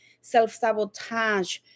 self-sabotage